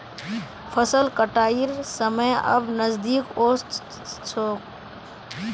फसल कटाइर समय अब नजदीक ओस छोक